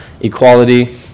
equality